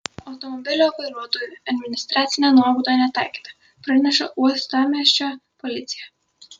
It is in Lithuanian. automobilio vairuotojui administracinė nuobauda netaikyta praneša uostamiesčio policija